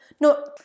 no